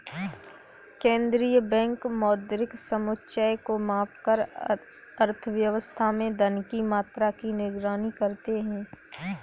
केंद्रीय बैंक मौद्रिक समुच्चय को मापकर अर्थव्यवस्था में धन की मात्रा की निगरानी करते हैं